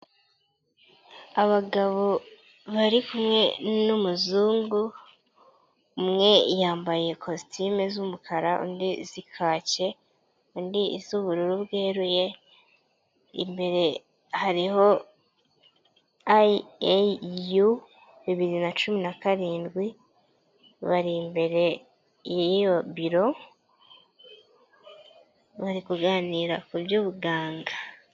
Abagabo bari kumwe n'umuzungu umwe yambaye ikositime z'umukara undi zikacye undi iz'ubururu bweruye imbere hariho eyi ayiyu bibiri nacumi na karindwi bari imbereyabo bari kuganira ku byubuganga.